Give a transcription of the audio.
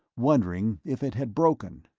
wondering if it had broken.